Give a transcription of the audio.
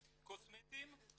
קוסמטיים,